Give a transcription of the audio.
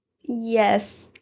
Yes